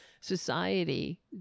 society